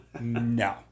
No